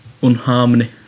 unharmony